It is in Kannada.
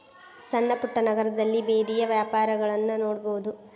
ಸಣ್ಣಪುಟ್ಟ ನಗರದಲ್ಲಿ ಬೇದಿಯ ವ್ಯಾಪಾರಗಳನ್ನಾ ನೋಡಬಹುದು